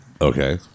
Okay